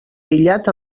aïllat